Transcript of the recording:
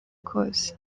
kose